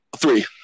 Three